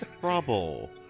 trouble